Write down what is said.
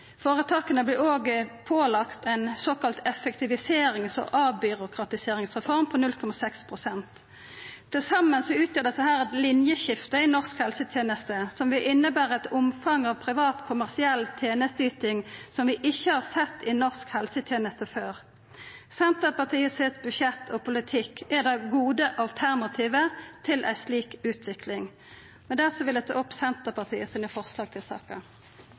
Føretaka vert òg pålagde ei såkalla effektiviserings- og avbyråkratiseringsreform på 0,6 pst. Til saman utgjer desse eit linjeskifte i norsk helseteneste som vil innebera eit omfang av privat, kommersiell tenesteyting som vi ikkje har sett i norsk helseteneste før. Senterpartiets budsjett og politikk er det gode alternativet til ei slik utvikling. Med dette vil eg ta opp forslaga frå Senterpartiet. Representanten Kjersti Toppe har tatt opp de forslagene hun refererte til.